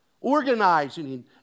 Organizing